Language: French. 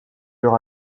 leur